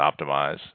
optimize